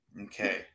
Okay